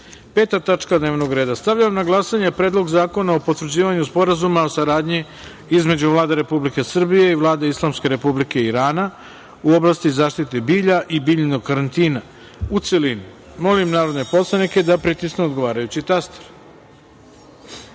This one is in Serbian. tačka dnevnog reda. Stavljam na glasanje Predlog zakona o potvrđivanju Sporazuma o saradnji između Vlade Republike Srbije i Vlade Islamske Republike Irana u oblasti zaštite bilja i biljnog karantina, u celini. Molim narodne poslanike da pritisnu odgovarajući